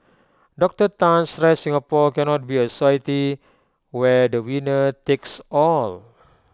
Doctor Tan stressed Singapore cannot be A society where the winner takes all